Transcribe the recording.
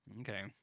okay